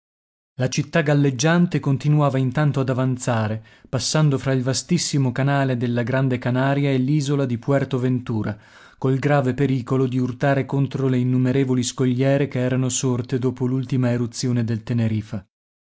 la città galleggiante continuava intanto ad avanzare passando fra il vastissimo canale della grande canaria e l'isola di puerto ventura col grave pericolo di urtare contro le innumerevoli scogliere che erano sorte dopo l'ultima eruzione del tenerifa